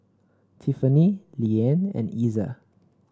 Tiffany Liane and Iza